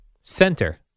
Center